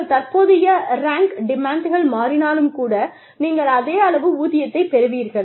உங்கள் தற்போதைய ரேங்க் டிமாண்ட்கள் மாறினாலும் கூட நீங்கள் அதே அளவு ஊதியத்தைப் பெறுவீர்கள்